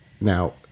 Now